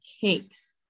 cakes